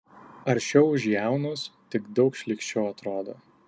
aršiau už jaunus tik daug šlykščiau atrodo